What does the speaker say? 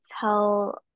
tell